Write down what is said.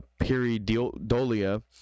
periodolia